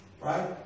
Right